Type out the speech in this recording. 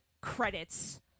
credits